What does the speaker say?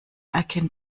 erkennt